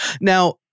Now